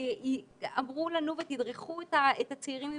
אמרו לנו ותדרכו את הצעירים מבינינו: